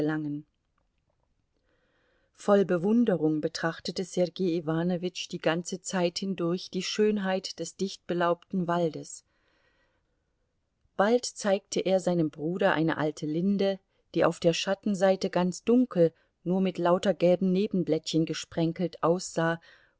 gelangen voll bewunderung betrachtete sergei iwanowitsch die ganze zeit hindurch die schönheit des dichtbelaubten waldes bald zeigte er seinem bruder eine alte linde die auf der schattenseite ganz dunkel nur mit lauter gelben nebenblättchen gesprenkelt aussah